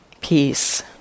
peace